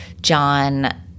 John